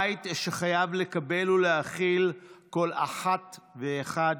בית שחייב לקבל ולהכיל כל אחת ואחד,